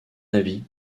avis